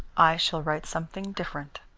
i shall write something different.